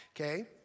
okay